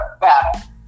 battle